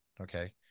Okay